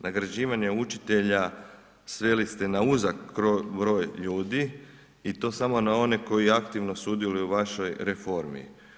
Nagrađivanje učitelja sveli ste na uzak broj ljudi i to samo na one koji aktivno sudjeluju u vašoj reformi.